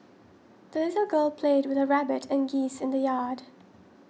the little girl played with her rabbit and geese in the yard